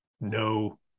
no